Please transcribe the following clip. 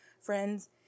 Friends